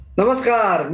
Namaskar